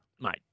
mate